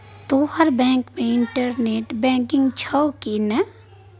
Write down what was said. तोहर बैंक मे internet banking छौ कि नै